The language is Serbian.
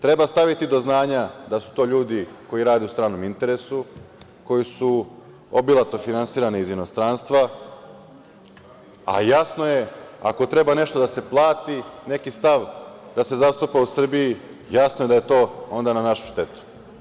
Treba staviti do znanja da su to ljudi koji rade u stranom interesu, koji su obilatno finansirani iz inostranstva, a jasno je ako treba nešto da se plati, neki stav da se zastupa u Srbiji, jasno je da je to onda na našu štetu.